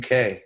UK